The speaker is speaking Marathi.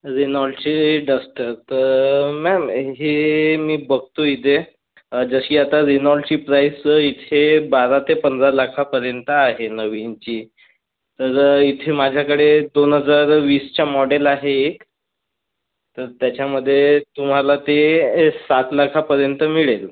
रेनॉल्टचे डस्टर तर मॅम हे मी बघतो इथे जशी आता रेनॉल्टची प्राईझ इथे बारा ते पंधरा लाखापर्यंत आहे नवीनची तर इथे माझ्याकडे दोन हजार वीसचा मॉडेल आहे एक तर त्याच्यामध्ये तुम्हाला ते सात लाखापर्यंत मिळेल